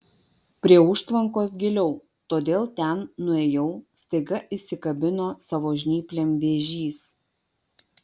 prie užtvankos giliau todėl ten nuėjau staiga įsikabino savo žnyplėm vėžys